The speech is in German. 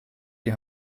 die